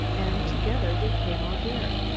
and together we came out here.